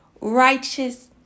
righteous